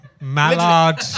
Mallard